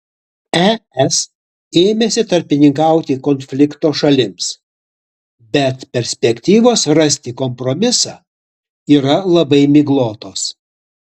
es ėmėsi tarpininkauti konflikto šalims bet perspektyvos rasti kompromisą yra labai miglotos